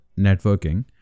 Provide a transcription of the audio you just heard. networking